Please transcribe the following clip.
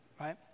Right